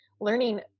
learning